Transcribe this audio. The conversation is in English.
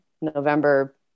November